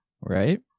Right